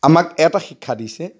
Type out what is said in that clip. আমাক এটা শিক্ষা দিছে